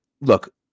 look